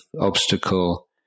obstacle